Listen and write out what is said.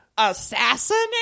assassinate